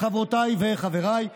חברותיי וחבריי,